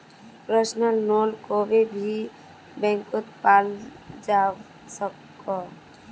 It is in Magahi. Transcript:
पर्सनल लोन कोए भी बैंकोत पाल जवा सकोह